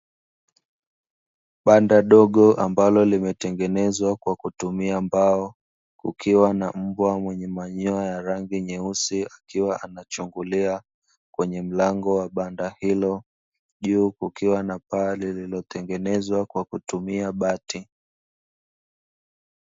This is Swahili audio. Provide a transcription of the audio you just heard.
Banda dogo ambalo limetengenezwa kwa kutumia mbao, kukiwa na mbwa mwenye manyoya ya rangi nyeusi akiwa anachungulia kwenye mlango wa banda hilo. Juu kukiwa na paa lililotengenezwa kwa kutumia bati.